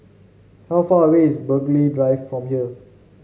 how far away is Burghley Drive from here